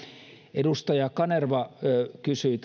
edustaja kanerva kysyi